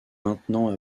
maintenant